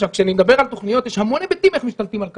כשאני מדבר על תוכניות יש המון היבטים איך משתלטים על קרקע,